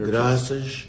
Graças